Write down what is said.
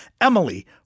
Emily